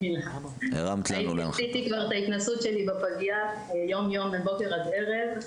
עשיתי כבר את ההתנסות שלי בפגייה יום יום מבוקר עד ערב.